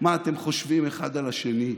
מה אתם חושבים אחד על השני.